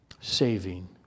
saving